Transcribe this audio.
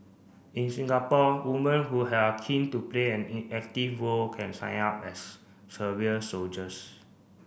in Singapore woman who are keen to play an in active role can sign up as soldiers